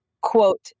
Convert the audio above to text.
quote